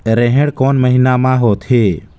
रेहेण कोन महीना म होथे?